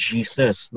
Jesus